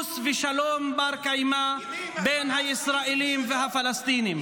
פיוס ושלום בר-קיימא בין הישראלים לפלסטינים.